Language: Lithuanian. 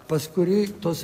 pas kurį tos